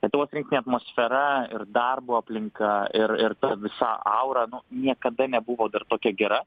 lietuvos rinktinė atmosfera ir darbo aplinka ir ir ta visa aura nu niekada nebuvo dar tokia gera